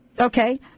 Okay